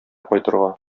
кайтырга